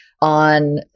on